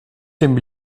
dem